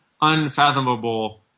unfathomable